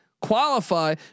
Qualify